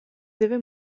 deve